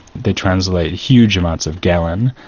they translate huge amounts of galen,